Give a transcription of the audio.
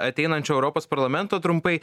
ateinančio europos parlamento trumpai